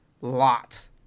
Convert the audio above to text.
lot